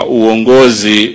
uongozi